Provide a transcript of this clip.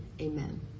amen